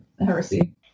heresy